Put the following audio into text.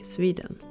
Sweden